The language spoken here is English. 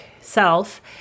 self